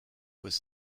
was